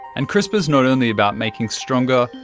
and crispr is not only about making stronger,